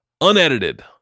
unedited